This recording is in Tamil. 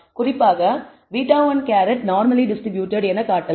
குறிப்பாக β̂1 நார்மலி டிஸ்ட்ரிபூட்டட் என காட்டலாம்